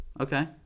Okay